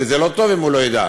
וזה לא טוב אם הוא לא יודע.